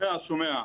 שומע.